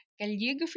calligraphy